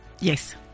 Yes